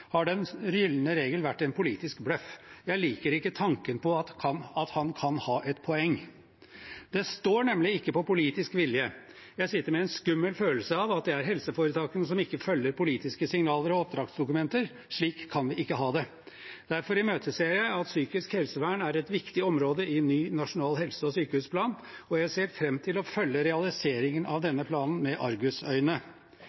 har Den gylne regel vært en politisk bløff». Jeg liker ikke tanken på at han kan ha et poeng. Det står nemlig ikke på politisk vilje. Jeg sitter med en skummel følelse av at det er helseforetakene som ikke følger politiske signaler og oppdragsdokumenter. Slik kan vi ikke ha det. Derfor imøteser jeg at psykisk helsevern er et viktig område i ny nasjonal helse- og sykehusplan, og jeg ser fram til å følge realiseringen av denne